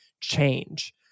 change